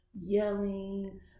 yelling